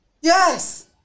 Yes